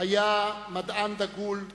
היה מדען דגול,